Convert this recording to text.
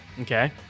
Okay